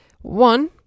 One